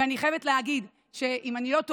ואני חייבת להגיד שאם אני לא טועה,